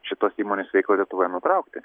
šitos įmonės veiklą lietuvoj nutraukti